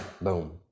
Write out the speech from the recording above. boom